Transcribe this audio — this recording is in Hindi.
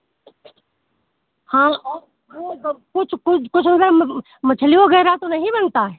हाँ और वह सब कुछ कुछ कुछ अगर मछली वगैरह तो नहीं बनता है